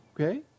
okay